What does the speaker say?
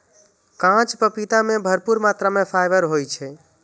कांच पपीता मे भरपूर मात्रा मे फाइबर होइ छै